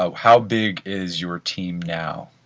ah how big is your team now?